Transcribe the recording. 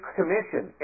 Commission